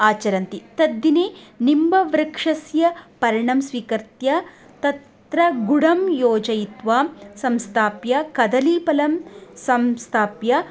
आचरन्ति तद्दिने निम्बवृक्षस्य पर्णं स्वीकृत्य तत्र गुडं योजयित्वा संस्थाप्य कदलीफलं संस्थाप्य